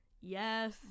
Yes